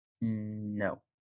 no